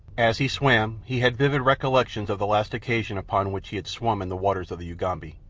as he swam he had vivid recollections of the last occasion upon which he had swum in the waters of the ugambi,